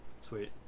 Sweet